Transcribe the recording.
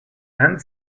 and